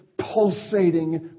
pulsating